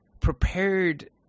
prepared